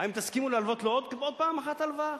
האם תסכימו לתת לו עוד הפעם הלוואה,